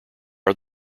are